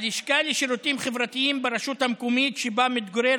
הלשכה לשירותים חברתיים ברשות המקומית שבה מתגורר